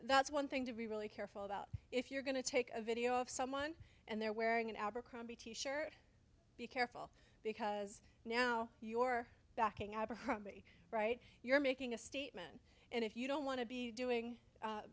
that's one thing to be really careful about if you're going to take a video of someone and they're wearing an abercrombie t shirt be careful because now you're backing abercrombie right you're making a statement and if you don't want to be doing